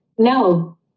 No